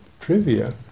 trivia